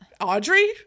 Audrey